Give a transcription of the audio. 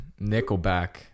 nickelback